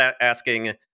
asking